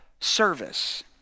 service